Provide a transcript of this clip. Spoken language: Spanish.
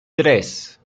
tres